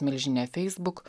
milžine facebook